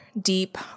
deep